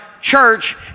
church